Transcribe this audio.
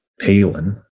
Palin